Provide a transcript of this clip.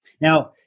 Now